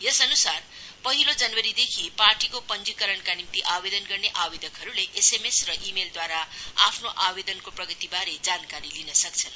यसअनुसार पहिलो जनवरीदेखि पार्टीको पंजीकरणका निम्ति आवेदनको एसएमएस र ई मेलद्वारा आफ्नो आवेदनको प्रगतिबारे जानकारी लिन सक्छन्